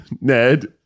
Ned